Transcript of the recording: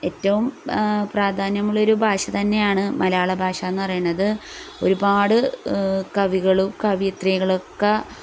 ഏറ്റവും പ്രാധാന്യമുള്ളൊരു ഭാഷ തന്നെയാണ് മലയാള ഭാഷയെന്ന് പറയണത് ഒരുപാട് കവികളും കവയത്രികളൊക്കെ